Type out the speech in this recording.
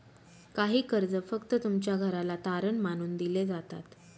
काही कर्ज फक्त तुमच्या घराला तारण मानून दिले जातात